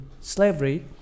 slavery